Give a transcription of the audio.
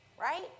right